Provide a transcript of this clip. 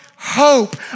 hope